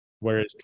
Whereas